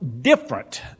different